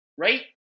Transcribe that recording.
Right